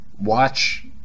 watch